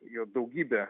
jau daugybė